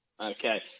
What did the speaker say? Okay